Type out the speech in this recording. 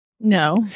no